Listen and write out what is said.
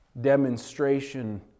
demonstration